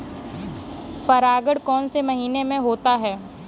परागण कौन से महीने में होता है?